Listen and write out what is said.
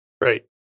Right